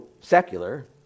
secular